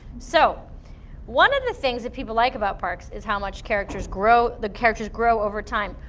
so one of the things that people like about parks is how much characters grow, the characters grow over time.